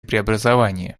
преобразования